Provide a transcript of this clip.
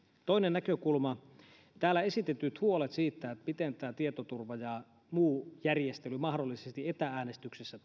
toinen näkökulma on täällä esitetyt huolet siitä miten tämä tietoturva ja muu järjestely mahdollisesti etä äänestyksessä